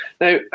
Now